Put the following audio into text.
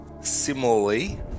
similarly